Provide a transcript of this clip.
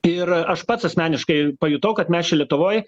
ir aš pats asmeniškai pajutau kad mes čia lietuvoj